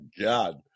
God